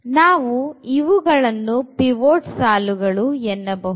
ನಾವು ಇವುಗಳನ್ನು pivot ಸಾಲುಗಳು ಎನ್ನಬಹುದು